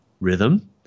rhythm